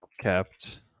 kept